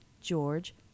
George